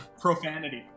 profanity